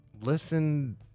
listen